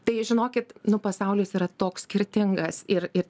tai žinokit nu pasaulis yra toks skirtingas ir ir